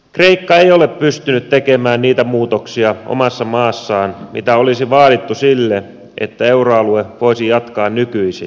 kreikka ei ole pystynyt tekemään niitä muutoksia omassa maassaan mitä olisi vaadittu siihen että euroalue voisi jatkaa nykyisellään